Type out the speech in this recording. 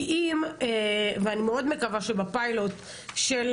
אני מאוד מקווה שבפיילוט של